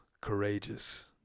courageous